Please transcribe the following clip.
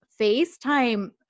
FaceTime